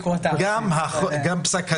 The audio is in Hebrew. לכן אתה שמח במיוחד.